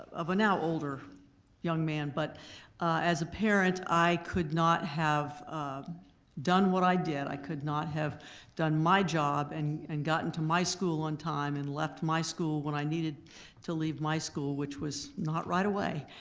of a now-older young man. but as a parent i could not have done what i did, i could not have done my job and and gotten to my school on time and left my school when i needed to leave my school, which was not right away,